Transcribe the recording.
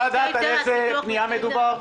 אפשר לדעת על איזה פנייה מדובר?